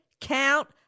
count